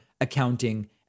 accounting